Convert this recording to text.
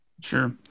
Sure